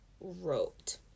wrote